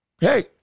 hey